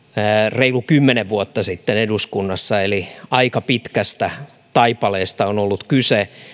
reilu kymmenen vuotta sitten eli aika pitkästä taipaleesta on ollut kyse